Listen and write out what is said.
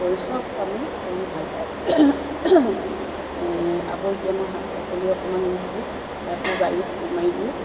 কৰি চব কামেই কৰি ভাল পায় আকৌ এতিয়া মই শাক পাচলি অকণমান ৰুইছোঁ তাতো বাৰীত কোৰ মাৰি দিয়ে